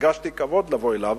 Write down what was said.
הרגשתי כבוד לבוא אליו,